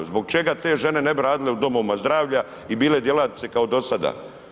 Zbog čega te žene ne bi radile u domovina zdravlja i bile djelatnice kao do sada.